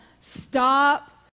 stop